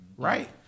Right